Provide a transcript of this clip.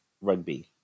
rugby